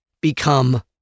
become